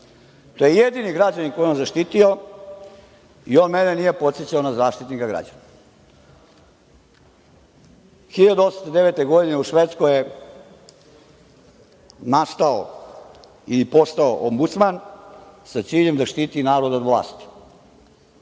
To je jedini građanin kojeg je on zaštitio i on mene nije podsećao na Zaštitnika građana.U Švedskoj je 1809. godine nastao ili postao ombudsman, sa ciljem da štiti narod od vlasti.